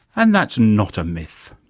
and that's not a myth